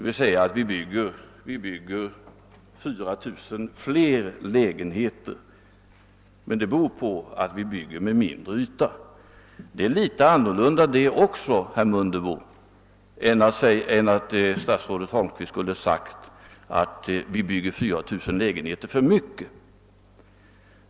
Vi bygger alltså i år 4 000 lägenheter mera, vilket beror på att årets lägenheter har mindre yta. Innebörden av detta statsrådet Holmqvists uttalande är alltså något annorlunda än vad herr Mundebo påstod, nämligen att vi skulle bygga 4 000 lägenheter för mycket.